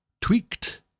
tweaked